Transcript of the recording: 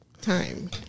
time